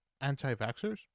anti-vaxxers